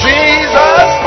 Jesus